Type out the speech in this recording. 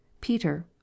Peter